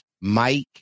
Mike